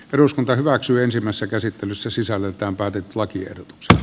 eduskunta hyväksyy ensimmäistä käsittelyssä sisällöltään päätet lakiehdotukselle